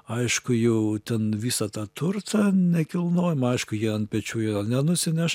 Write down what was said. aišku jau ten visą tą turtą nekilnojamą aišku jie ant pečių jo nenusineš